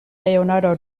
leonardo